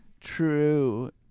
true